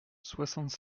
soixante